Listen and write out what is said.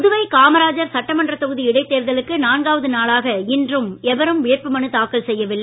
புதுவை காமராஜர் சட்டமன்ற தொகுதி இடைத்தேர்தலுக்கு நான்காவது நாளாக இன்றும் எவரும் வேட்புமனு தாக்கல் செய்யவில்லை